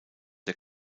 der